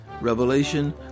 revelation